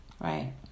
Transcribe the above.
Right